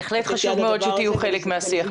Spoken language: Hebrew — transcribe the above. בהחלט חשוב מאוד שתהיו חלק מהשיח,